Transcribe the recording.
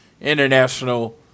international